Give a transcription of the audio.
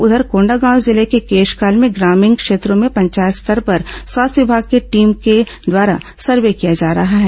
उधर कोंडागांव जिले के केशकाल में ग्रामीण क्षेत्रों में पंचायत स्तर पर स्वास्थ्य विमाग की टीम के द्वारा सर्वे किया जा रहा है